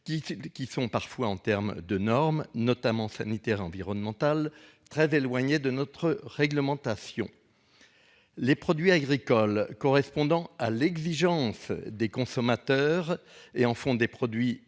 qui applique des normes sanitaires et environnementales très éloignées de notre réglementation. Les produits agricoles correspondant à l'exigence des consommateurs sont des produits